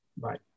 Right